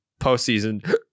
postseason